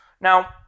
now